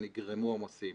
נגרמו עומסים.